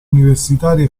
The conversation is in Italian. universitaria